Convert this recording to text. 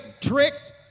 tricked